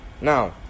Now